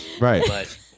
Right